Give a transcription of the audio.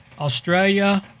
Australia